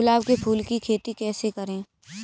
गुलाब के फूल की खेती कैसे करें?